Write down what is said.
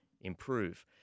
improve